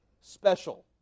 special